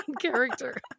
character